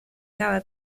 cada